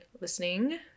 listening